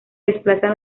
desplazan